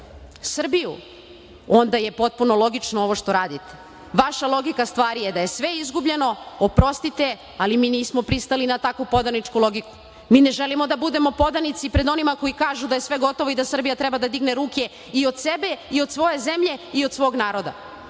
Srbiju, onda je potpuno logično ovo što radite. Vaša logika stvari je da je sve izgubljeno. Oprostite, ali mi nismo pristali na takvu poganičku logiku. Mi ne želimo da budemo podanici pred onima koji kažu da je sve gotovo i da Srbija treba da digne ruke i od sebe, i od svoje zemlje i od svog naroda.